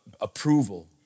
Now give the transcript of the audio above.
approval